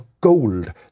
gold